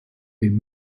den